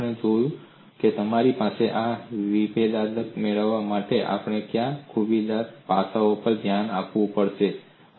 તો હવે આપણે જોવું પડશે તમારા માટે આ વિભેદકતા મેળવવા માટે આપણે કયા ખૂબીદાર પાસાઓ પર ધ્યાન આપવું પડશે